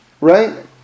right